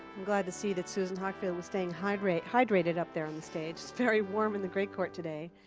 glad to see that susan hockfield is staying hydrated hydrated up there on the stage. it's very warm in the great court today,